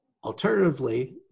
Alternatively